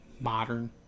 modern